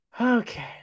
Okay